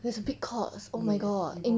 there's big courts oh my god 因